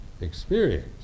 experience